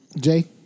Jay